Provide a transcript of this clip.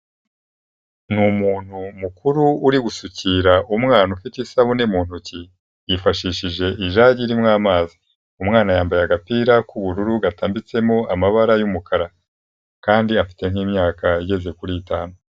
Ni umuntu mukuru uri gusukira umwana ufite isabune mu ntoki, yifashishije ijage irimo amazi, umwana yambaye agapira k'ubururu gatambitsemo amabara y'umukara kandi afite nk'imyaka igeze kuri itanu.